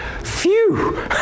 Phew